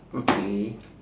okay